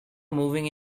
moving